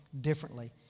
differently